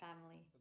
family